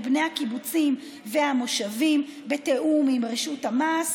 בני הקיבוצים והמושבים בתיאום עם רשות המס.